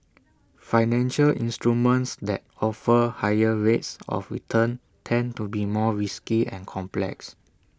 financial instruments that offer higher rates of return tend to be more risky and complex